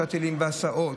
שאטלים והסעות,